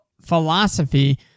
philosophy